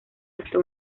hasta